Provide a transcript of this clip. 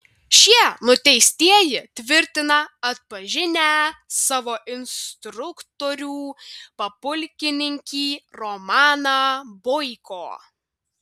šie nuteistieji tvirtina atpažinę savo instruktorių papulkininkį romaną boiko